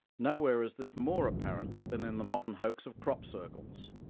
nowhere is this more apparent than in the modern hoax ofcrop circles,